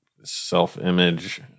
self-image